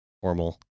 formal